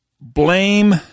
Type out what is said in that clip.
blame